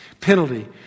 Penalty